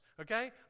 okay